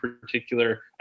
particular